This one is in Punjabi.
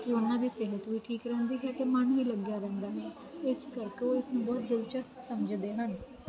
ਉਹਨਾਂ ਦੇ ਸਿਰ ਚ ਵੀ ਠੀਕ ਰਹਿੰਦੀ